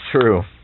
true